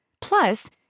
Plus